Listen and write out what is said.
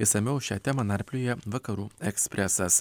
išsamiau šią temą narplioja vakarų ekspresas